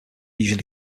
usually